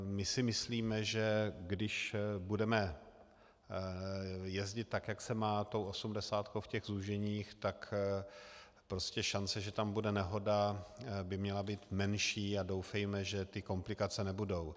My si myslíme, že když budeme jezdit tak, jak se má, tou osmdesátkou v těch zúženích, tak prostě šance, že tam bude nehoda, by měla být menší, a doufejme, že komplikace nebudou.